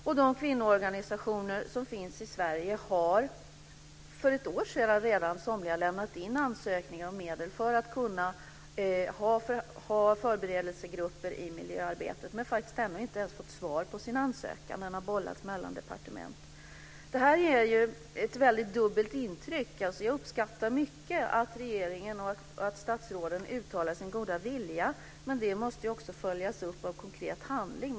Av de kvinnoorganisationer som finns i Sverige har somliga redan för ett år sedan lämnat in ansökan om medel för att kunna ha förberedelsegrupper i miljöarbetet. Men de har ännu inte fått svar på sin ansökan. Den har bollats mellan departement. Det här ger ett dubbelt intryck. Jag uppskattar mycket att regeringen och statsråden uttalar sin goda vilja, men det måste också följas upp av konkret handling.